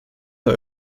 der